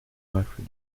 rafle